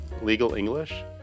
legalenglish